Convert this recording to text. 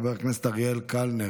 חבר הכנסת אריאל קלנר,